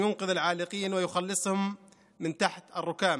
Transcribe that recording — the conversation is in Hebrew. שיציל את התקועים ויחלץ אותם מתחת להריסות